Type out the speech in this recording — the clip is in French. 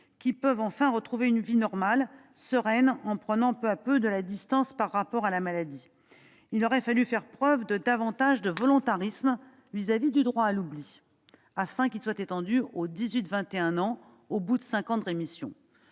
qui peuvent enfin retrouver une vie normale, sereine, en prenant peu à peu de la distance par rapport à la maladie. Il aurait fallu faire preuve de davantage de volontarisme vis-à-vis du droit à l'oubli, afin qu'il soit étendu aux jeunes âgés de dix-huit